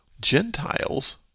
Gentiles